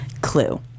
Clue